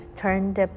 turned